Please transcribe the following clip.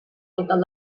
total